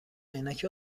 عینک